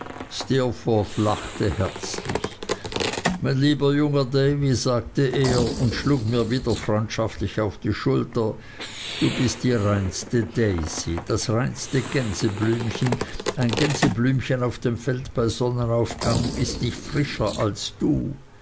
lachte herzlich mein lieber junger davy sagte er und schlug mir wieder freundschaftlich auf die schulter du bist die reinste daisy das reinste gänseblümchen ein gänseblümchen auf dem feld bei sonnenaufgang ist nicht frischer als du